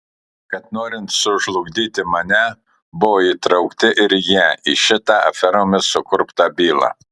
kad norint sužlugdyti mane buvo įtraukti ir jie į šitą aferomis sukurptą bylą